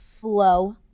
flow